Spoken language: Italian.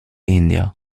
india